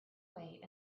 wait